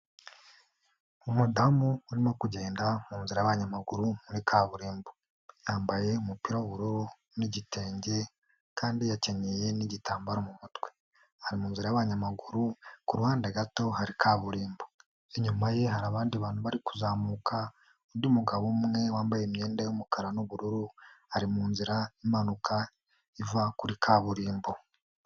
Umudamu urimo kugenda munzira y'abanyamaguru muri kaburimbo, yambaye umupira w'ubururu n'igitenge kandi yakenye n'igitambaro mu mutwe, ari mu nzi y'abanyamaguru ku ruhande gato hari kaburimbo, inyuma ye hari abandi bantu bari kuzamuka, undi mugabo umwe wambaye imyenda y'umukara n'ubururu ari mu nzira imanuka iva kuri kaburimbo.